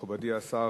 מכובדי השר,